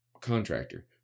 contractor